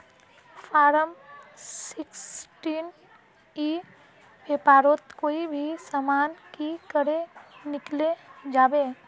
Form sixteen ई व्यापारोत कोई भी सामान की करे किनले जाबे?